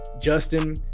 Justin